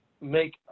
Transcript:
make